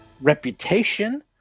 reputation